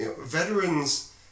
veterans